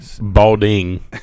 balding